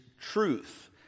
truth